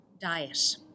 diet